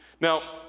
Now